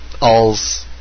alls